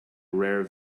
rare